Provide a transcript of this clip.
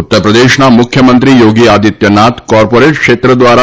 ઉત્તરપ્રદેશના મુખ્યમંત્રી યોગી આદિત્યનાથ કોર્પોરેટ ક્ષેત્ર દ્વારા